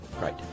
Right